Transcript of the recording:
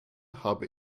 habe